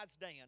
Dan